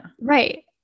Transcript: Right